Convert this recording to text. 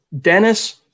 Dennis